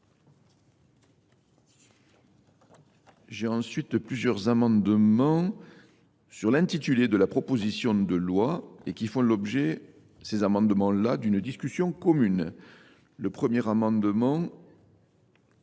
J'ai ensuite plusieurs amendements. sur l'intitulé de la proposition de loi et qui font l'objet, ces amendements-là, d'une discussion commune. Le premier amendement,